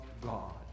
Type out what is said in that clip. God